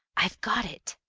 i've got it!